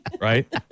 Right